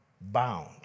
bound